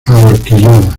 ahorquillada